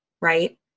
Right